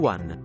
One